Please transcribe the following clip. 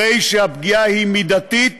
הרי הפגיעה היא מידתית